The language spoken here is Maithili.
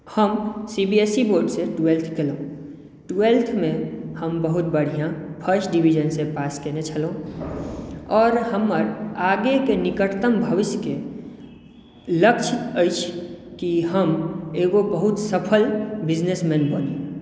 हम सी बी एस ई बोर्डसँ ट्वेल्थ केलहुँ ट्वेल्थमे हम बहुत बढ़िआँ फर्स्ट डिवीजनसँ पास कयने छलहुँ आओर हमर आगेक निकटतम भविष्यके लक्ष्य अछि कि हम एगो बहुत सफल बिजनेसमैन बनी